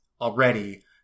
already